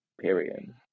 Period